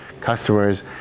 customers